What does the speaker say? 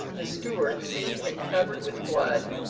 the steward, seeing him covered with blood,